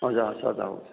ꯑꯣꯖꯥ ꯑꯆꯥ ꯊꯥꯎ